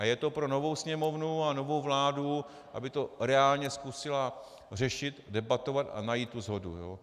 Je to pro novou Sněmovnu a novou vládu, aby to reálně zkusily řešit, debatovat a najít tu shodu.